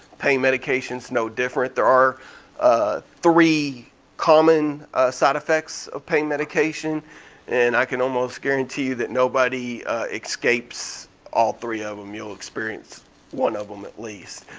pain medication's no different. there are ah three common side effects of pain medication and i can almost guarantee you that nobody escapes all three of em, you'll experience one of em at least.